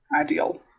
ideal